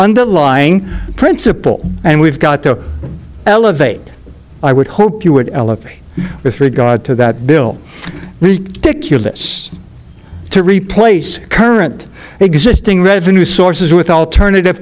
underlying principle and we've got to elevate i would hope you would look with regard to that bill to cure this to replace current existing revenue sources with alternative